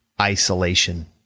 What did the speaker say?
isolation